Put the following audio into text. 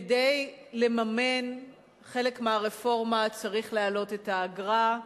כדי לממן חלק מהרפורמה צריך להעלות את האגרה,